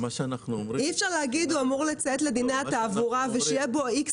אי אפשר להגיד שהוא אמור לציית לדיני התעבורה ושיהיו בו איקס